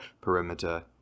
perimeter